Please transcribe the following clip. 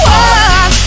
one